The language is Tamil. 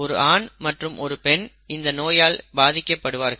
ஒரு ஆண் மற்றும் ஒரு பெண் இந்த நோயால் பாதிக்கப்படுவார்கள்